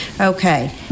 Okay